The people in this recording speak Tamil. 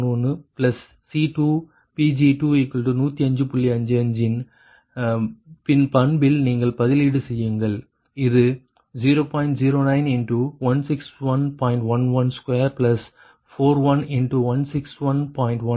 55 இன் பண்பில் நீங்கள் பதிலீடு செய்யுங்கள் இது 0